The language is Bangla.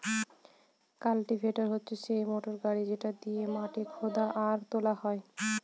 কাল্টিভেটর হচ্ছে সেই মোটর গাড়ি যেটা দিয়েক মাটি খুদা আর তোলা হয়